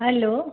hello